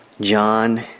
John